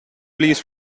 please